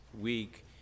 week